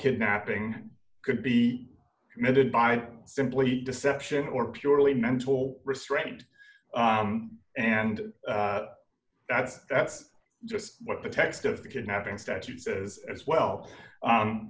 kidnapping could be committed by simply deception or purely mental restraint and that's that's just what the text of the kidnapping statute says as well